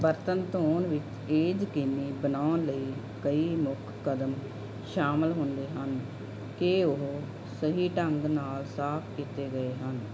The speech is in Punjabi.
ਬਰਤਨ ਧੋਣ ਵਿੱਚ ਇਹ ਯਕੀਨੀ ਬਣਾਉਣ ਲਈ ਕਈ ਮੁੱਖ ਕਦਮ ਸ਼ਾਮਲ ਹੁੰਦੇ ਹਨ ਕਿ ਉਹ ਸਹੀ ਢੰਗ ਨਾਲ ਸਾਫ ਕੀਤੇ ਗਏ ਹਨ